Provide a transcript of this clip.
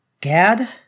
Gad